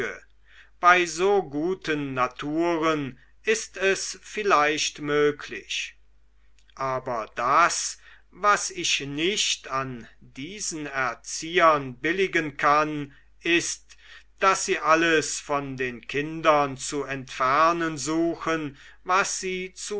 bei so guten naturen ist es vielleicht möglich aber das was ich nicht an diesen erziehern billigen kann ist daß sie alles von den kindern zu entfernen suchen was sie